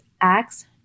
acts